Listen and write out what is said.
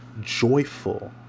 joyful